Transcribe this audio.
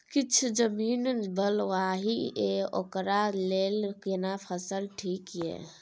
किछ जमीन बलुआही ये ओकरा लेल केना फसल ठीक ये?